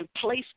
place